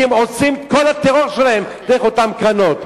כי הם עושים את כל הטרור שלהם דרך אותן קרנות.